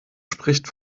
spricht